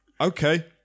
okay